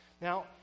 Now